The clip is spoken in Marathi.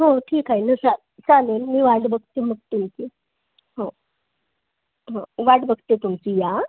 हो ठीक आहे न चा चालेल मी वाट बघते मग तुमची हो हो वाट बघते तुमची या अं